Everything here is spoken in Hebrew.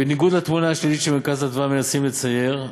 בניגוד לתמונה השלילית ש"מרכז אדוה" מנסים לצייר,